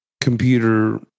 computer